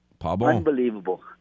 Unbelievable